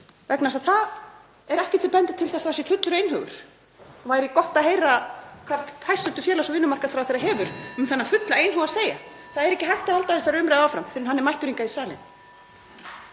þess að það er ekkert sem bendir til þess að það sé fullur einhugur og væri gott að heyra hvað hæstv. félags- og vinnumarkaðsráðherra hefur um þennan fulla einhug að segja. Það er ekki hægt að halda þessari umræðu áfram fyrr en hann er mættur hingað í salinn.